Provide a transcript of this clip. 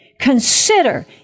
Consider